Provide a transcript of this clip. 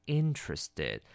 interested